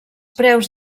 preus